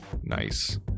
Nice